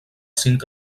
cinc